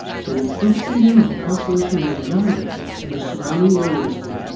so we're focusing in on the constellation of andromeda and the surrounding area this week,